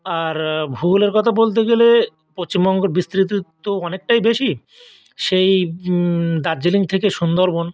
আর ভূগোলের কথা বলতে গেলে পশ্চিমবঙ্গের বিস্তৃ তি তো অনেকটাই বেশি সেই দার্জিলিং থেকে সুন্দরবন